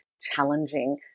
challenging